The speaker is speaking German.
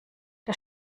der